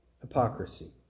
hypocrisy